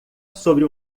sobre